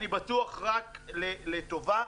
אני בטוח שרק לטובה,